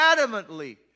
adamantly